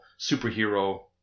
superhero